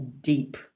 deep